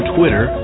Twitter